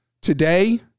Today